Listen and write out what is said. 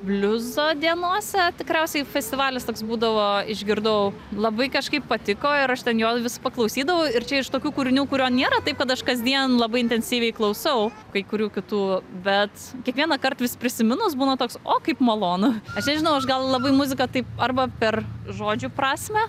bliuzo dienose tikriausiai fesivalis toks būdavo išgirdau labai kažkaip patiko ir aš ten jo vis paklausydavau ir čia iš tokių kūrinių kurio nėra taip kad aš kasdien labai intensyviai klausau kai kurių kitų bet kiekvienąkart vis prisiminus būna toks o kaip malonu aš nežinau aš gal labai muziką taip arba per žodžių prasmę